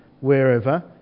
wherever